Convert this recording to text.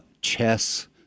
chess